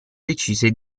decise